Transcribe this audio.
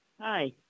Hi